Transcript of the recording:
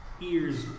ears